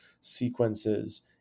sequences